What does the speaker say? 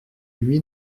lui